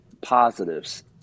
positives